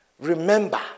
Remember